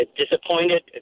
disappointed